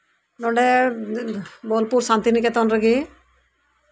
ᱱᱚᱰᱮ ᱵᱳᱞᱯᱩᱨ ᱥᱟᱱᱛᱤᱱᱤᱠᱮᱛᱚᱱ ᱨᱮᱜᱮ